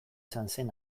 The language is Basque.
sanzen